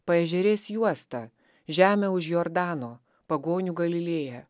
paežerės juosta žeme už jordano pagonių galilėja